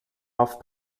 off